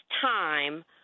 time